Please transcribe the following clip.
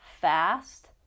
fast